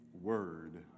word